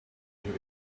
until